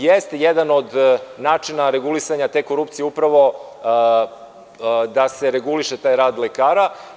Jedan od načina regulisanja te korupcije jeste upravo da se reguliše taj rad lekara.